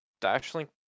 Dashlink